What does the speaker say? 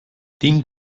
tinc